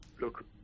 look